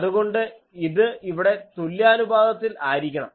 അതുകൊണ്ട് ഇത് ഇവിടെ തുല്യാനുപാതത്തിൽ ആയിരിക്കണം